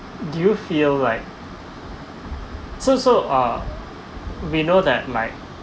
do you feel like so so uh we know that like